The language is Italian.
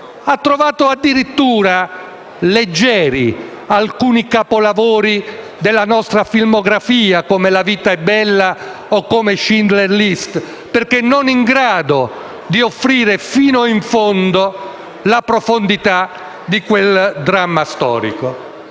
ha trovato addirittura leggeri alcuni capolavori della nostra cinematografia come «La vita è bella» o «Schindler's List», perché non in grado di offrire fino in fondo la profondità di quel dramma storico.